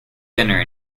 dinner